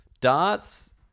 Darts